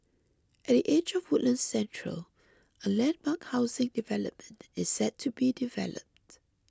at the edge of Woodlands Central a landmark housing development is set to be developed